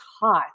hot